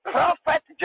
Prophet